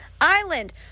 Island